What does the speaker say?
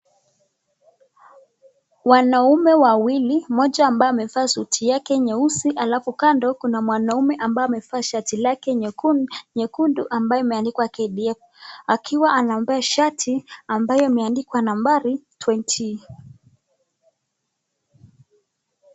Wanaume wawili moja ambaye amevaa suti nyeusi alafu kando kuna mwanaume ambaye amevaa shati lake nyekundu ambaye imeandikwa KDF akiwa anampea shati ambaye imeandikwa nambari 20 .